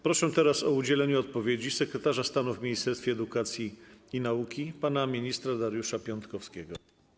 Proszę o udzielenie odpowiedzi sekretarza stanu w Ministerstwie Edukacji i Nauki pana ministra Dariusza Piontkowskiego.